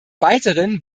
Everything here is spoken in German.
weiteren